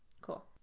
Cool